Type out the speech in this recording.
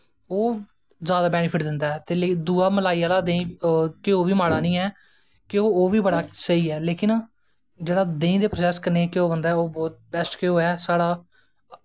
ओह् जादा बैनिफिट दिंदा ऐ ते दुआ मलाई आह्ला घ्यो माड़ा नी ऐ ओह् बी बड़ा सेहेई ऐ लेकिन जेह्ड़ा देहीं दे प्रसैस कन्नैं घ्यो बनदा ऐ ओह् बड़ा बैस्ट घ्यो ऐ साढ़ा